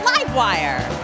LiveWire